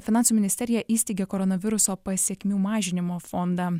finansų ministerija įsteigė koronaviruso pasekmių mažinimo fondą